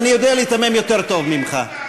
אני יודע להיתמם יותר טוב ממך.